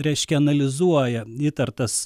reiškia analizuoja įtartas